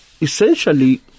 Essentially